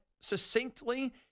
succinctly